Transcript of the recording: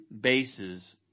bases